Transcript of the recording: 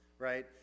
Right